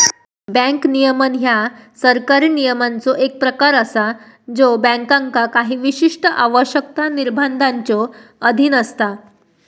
bank नियमन ह्या सरकारी नियमांचो एक प्रकार असा ज्यो बँकांका काही विशिष्ट आवश्यकता, निर्बंधांच्यो अधीन असता